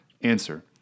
Answer